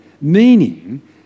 meaning